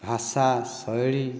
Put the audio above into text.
ଭାଷା ଶୈଳୀ